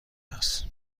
است